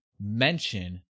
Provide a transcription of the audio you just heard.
mention